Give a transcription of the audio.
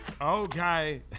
okay